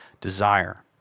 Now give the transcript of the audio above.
desire